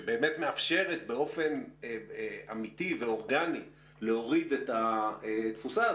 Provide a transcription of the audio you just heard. שבאמת מאפשרת באופן אמיתי ואורגני להוריד את התפוסה,